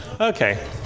okay